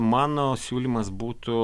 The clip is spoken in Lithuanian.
mano siūlymas būtų